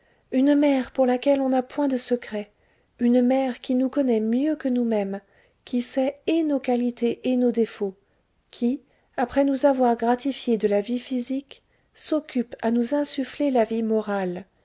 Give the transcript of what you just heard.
une mère pour laquelle on n'a point de secrets une mère qui nous connaît mieux que nous-mêmes qui sait et nos qualités et nos défauts qui après nous avoir gratifiés de la vie physique s'occupe à nous insuffler la vie morale